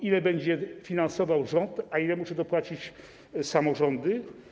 Ile będzie finansował rząd, a ile muszą dopłacić samorządy?